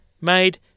made